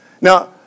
Now